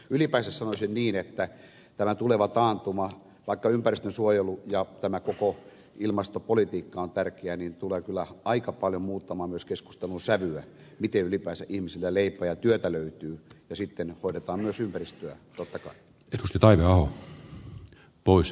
ylipäänsä sanoisin niin että tämä tuleva taantuma vaikka ympäristönsuojelu ja tämä koko ilmastopolitiikka on tärkeää tulee kyllä aika paljon muuttamaan myös keskustelun sävyä miten ylipäänsä ihmisille leipää ja työtä löytyy ja sitten hoidetaan myös ympäristöä totta kai